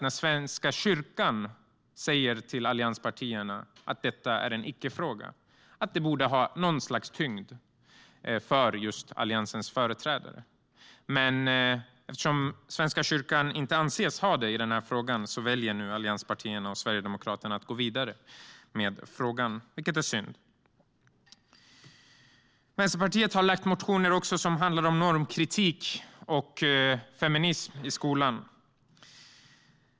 När Svenska kyrkan säger till allianspartierna att detta är en icke-fråga kan man tycka att det borde ha något slags tyngd, men trots detta väljer nu allianspartierna och Sverigedemokraterna att gå vidare med frågan, vilket är synd. Vänsterpartiet har också väckt motioner om normkritik och feminism i skolan.